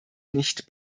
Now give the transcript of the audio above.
nicht